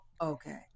okay